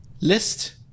list